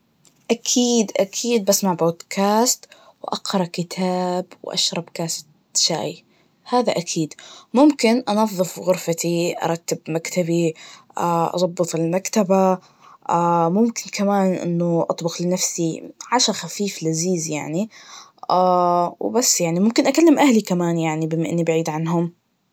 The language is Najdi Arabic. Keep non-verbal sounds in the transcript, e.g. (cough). أكيد, أكيد بسمع بودكاست وأقرا كتاب وأشرب كاسة شاي, هذا أكيد, ممكن أنظف غرفتي, أرتب مكتبي, (hesitation) أظبط المكتبة, (hesitation) ممكن كمان إنه أطبخ لنفسي, عشا خفيف لذيذ يعني, (hesitation) وبس يعني, ممكن أكلم أهلي كمان يعني بما إني بعيد عنهم.